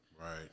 Right